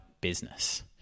business